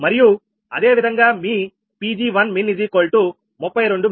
మరియు అదే విధంగా మీ 𝑃𝑔1𝑚in32 𝑀W